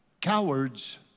Cowards